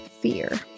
fear